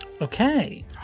okay